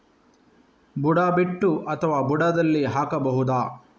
ಬುಡ ಬಿಟ್ಟು ಅಥವಾ ಬುಡದಲ್ಲಿ ಹಾಕಬಹುದಾ?